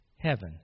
Heaven